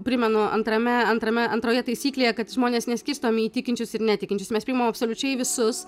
primenu antrame antrame atroje taisyklėje kad žmonės neskirstomi į tikinčius ir netikinčius mes priimam absoliučiai visus